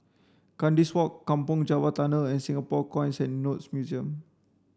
Kandis Walk Kampong Java Tunnel and Singapore Coins and Notes Museum